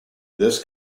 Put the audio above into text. this